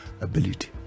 ability